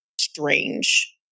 strange